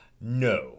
No